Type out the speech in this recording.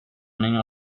niño